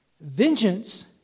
Vengeance